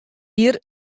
jier